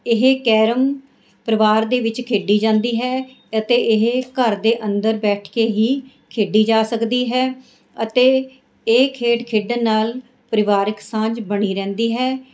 ਇਹ ਕੈਰਮ ਪਰਿਵਾਰ ਦੇ ਵਿੱਚ ਖੇਡੀ ਜਾਂਦੀ ਹੈ ਅਤੇ ਇਹ ਘਰ ਦੇ ਅੰਦਰ ਬੈਠ ਕੇ ਹੀ ਖੇਡੀ ਜਾ ਸਕਦੀ ਹੈ ਅਤੇ ਇਹ ਖੇਡ ਖੇਡਣ ਨਾਲ ਪਰਿਵਾਰਿਕ ਸਾਂਝ ਬਣੀ ਰਹਿੰਦੀ ਹੈ